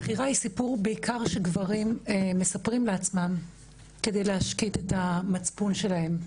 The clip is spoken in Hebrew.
הבחירה היא בעיקר סיפור שגברים מספרים לעצמם כדי להשקיט את המצפון שלהם,